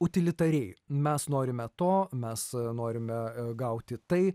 utilitariai mes norime to mes norime gauti tai